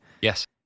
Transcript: Yes